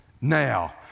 Now